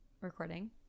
recording